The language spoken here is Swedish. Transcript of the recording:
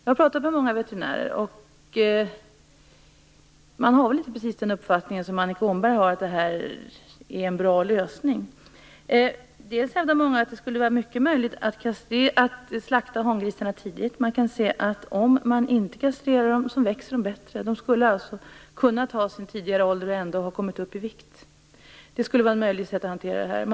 Jag har pratat med många veterinärer. Många hävdar att det skulle vara möjligt att slakta hangrisarna tidigt. Man kan se att de växer bättre om de inte kastreras. Det skulle vara ett möjligt sätt att hantera det här.